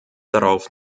darauf